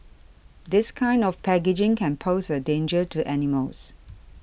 this kind of packaging can pose a danger to animals